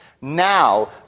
now